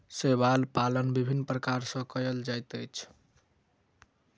शैवाल पालन विभिन्न प्रकार सॅ कयल जाइत अछि